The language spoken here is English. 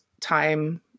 time